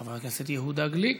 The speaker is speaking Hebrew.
חבר הכנסת יהודה גליק.